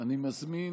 אני מזמין